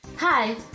Hi